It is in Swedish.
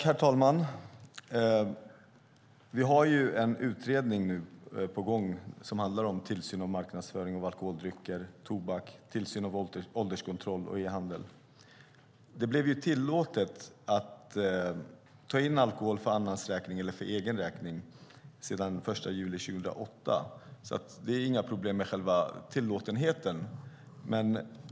Herr talman! Vi har en utredning på gång som handlar om tillsyn och marknadsföring av alkoholdrycker, tobak, tillsyn av ålderskontroll och e-handel. Det blev tillåtet att ta in alkohol för annans eller egen räkning den 1 juli 2008, och det är inga problem med själva tillåtenheten.